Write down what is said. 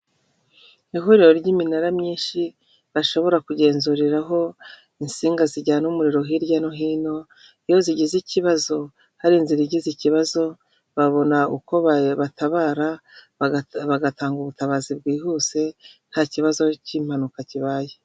Ihuriro ry'iminara myinshi bashobora kugenzurira aho insinga zijyana umuriro hirya no hino iyo zigize ikibazo, hari inzira igi ikibazo babona ukotabara bagatanga ubutabazi bwihuse nta kibazo cy'impanuka kibaye.